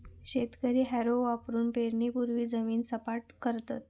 शेतकरी हॅरो वापरुन पेरणीपूर्वी जमीन सपाट करता